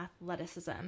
athleticism